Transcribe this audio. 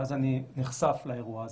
ואז אני נחשף לאירוע הזה.